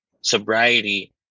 sobriety